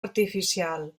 artificial